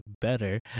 better